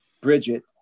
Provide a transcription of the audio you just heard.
Bridget